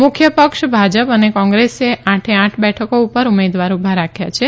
મુખ્ય પક્ષ ભાજપ અને કોંગ્રેસે આઠે આઠ બેઠકો પર ઉમેદવાર ઉભા રાખ્યા છે